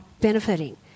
benefiting